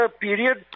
period